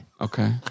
Okay